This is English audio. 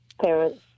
parents